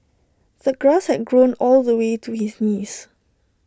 the grass had grown all the way to his knees